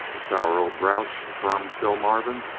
the sour old grouch, affirmed phil marvin.